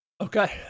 Okay